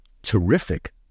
terrific